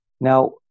Now